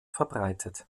verbreitet